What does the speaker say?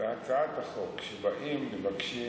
בהצעת החוק, כשמבקשים